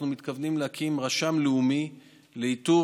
אנחנו מתכוונים להקים רשם לאומי לאיתור